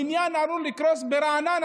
בניין עלול לקרוס ברעננה,